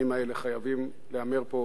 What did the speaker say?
חייבים להיאמר פה דברים מסוימים.